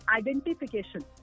identification